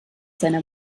seiner